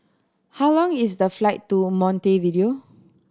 how long is the flight to Montevideo